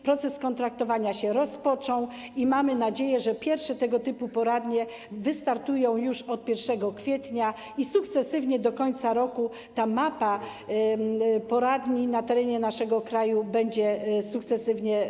Proces kontraktowania się rozpoczął i mamy nadzieję, że pierwsze tego typu poradnie wystartują już od 1 kwietnia i że do końca roku ta mapa poradni na terenie naszego kraju będzie sukcesywnie